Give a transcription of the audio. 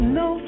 no